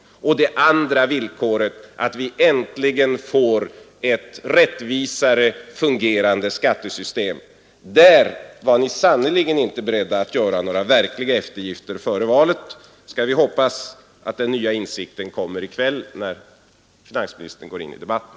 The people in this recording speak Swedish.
En andra förutsättning är att vi äntligen får ett rättvisare fungerande skattesystem. Därvidlag var ni sannerligen inte beredda att göra några verkliga eftergifter före valet. Skall vi hoppas att den nya insikten kommer i kväll när finansministern går in i debatten?